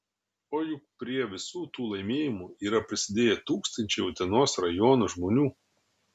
o juk prie visų tų laimėjimų yra prisidėję tūkstančiai utenos rajono žmonių